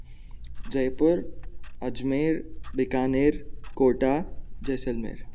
Jaipur Ajmer Bikaner Kota Jaisalmer